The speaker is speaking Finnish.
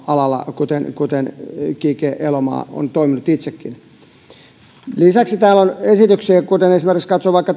alalla kuten kuten kike elomaa on toiminut itsekin lisäksi täällä on esityksiä jos esimerkiksi katsoo vaikka